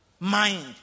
mind